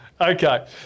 Okay